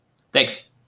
thanks